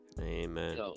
Amen